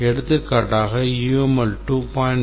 எடுத்துக்காட்டாக UML 2